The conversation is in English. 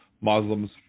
Muslims